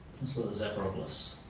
and sort of zafiropoulos.